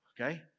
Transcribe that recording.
okay